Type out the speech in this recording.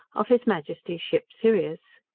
of his majesty's ship sirius.